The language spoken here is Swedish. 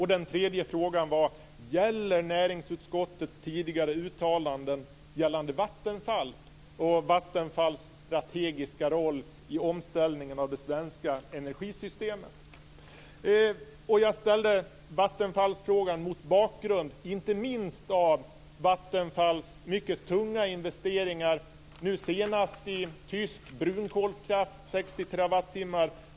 Den tredje frågan löd: Gäller näringsutskottets tidigare uttalanden angående Vattenfall och dess strategiska roll i omställningen av det svenska energisystemet? Jag ställde frågan om Vattenfall mot bakgrund av inte minst Vattenfalls mycket tunga investeringar, nu senast i tysk brunkolskraft - 60 terawattimmar -.